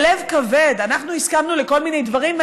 בלב כבד אנחנו הסכמנו לכל מיני דברים.